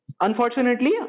unfortunately